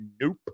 nope